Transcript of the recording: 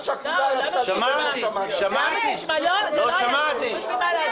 שמעתי, שמעתי.